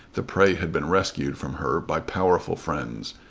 the prey had been rescued from her by powerful friends,